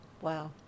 Wow